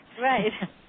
Right